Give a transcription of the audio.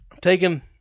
taking